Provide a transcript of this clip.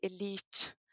elite